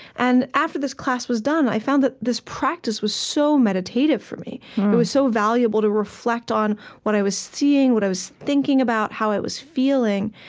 and after this class was done, i found that this practice was so meditative for me. it was so valuable to reflect on what i was seeing, what i was thinking about, how i was feeling,